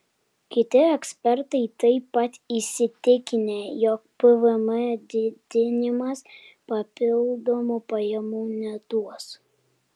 kiti ekspertai taip pat įsitikinę jog pvm didinimas papildomų pajamų neduos